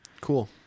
Cool